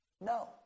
No